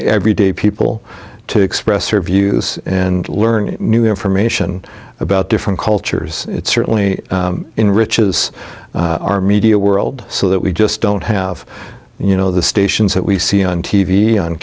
everyday people to express their views and learning new information about different cultures it certainly enriches our media world so that we just don't have you know the stations that we see on t